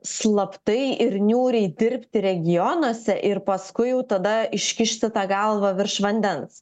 slaptai ir niūriai dirbti regionuose ir paskui jau tada iškišti tą galvą virš vandens